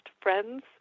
Friends